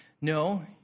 No